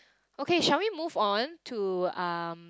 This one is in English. okay shall we move on to um